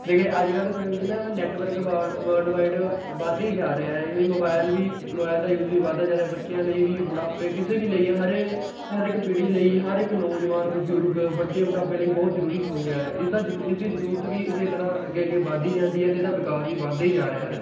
ਦੇਖਿਆ ਅੱਜ ਕੱਲ੍ਹ ਦੇ ਸਮੇਂ ਵਿੱਚ ਨਾ ਨੈੱਟਵਰਕ ਵਲਡ ਵਰਲਡਵਾਈਡ ਵੱਧਦਾ ਹੀ ਜਾ ਰਿਹਾ ਹੈ ਅਤੇ ਮੋਬਾਇਲ ਵੀ ਮੋਬਾਇਲ ਦਾ ਯੂਜ਼ ਵੀ ਵੱਧਦਾ ਜਾ ਰਿਹਾ ਬੱਚਿਆਂ ਲਈ ਵੀ ਬੁਢਾਪੇ ਕਿਸੇ ਵੀ ਲਈ ਹੈ ਹਰ ਹਰ ਇੱਕ ਪੀੜ੍ਹੀ ਲਈ ਹਰ ਇੱਕ ਨੌਜਵਾਨ ਬਜ਼ੁਰਗ ਬੱਚੇ ਬੁਢਾਪੇ ਲਈ ਬਹੁਤ ਜ਼ਰੂਰੀ ਹੋ ਗਿਆ ਹੈ ਇਸ ਦਾ ਜ਼ ਇਸ ਦੀ ਜ਼ਰੂਰਤ ਵੀ ਇਸੇ ਤਰ੍ਹਾਂ ਅੱਗੇ ਅੱਗੇ ਵੱਧਦੀ ਜਾਂਦੀ ਹੈ ਅਤੇ ਇਹਦਾ ਵਿਕਾਸ ਵੀ ਵੱਧਦਾ ਹੀ ਜਾ ਰਿਹਾ ਹੈ